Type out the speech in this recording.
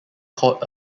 called